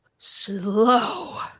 Slow